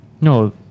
No